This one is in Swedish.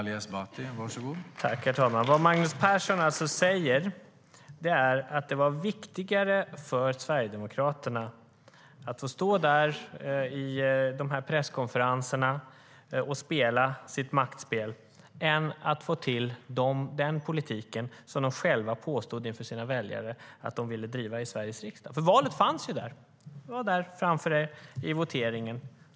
Herr talman! Magnus Persson säger alltså att det var viktigare för Sverigedemokraterna att få stå på presskonferenserna och spela sitt maktspel än att få till den politik som de själva påstod inför sina väljare att de ville driva i Sveriges riksdag. Valet fanns där framför er vid voteringen, Magnus Persson.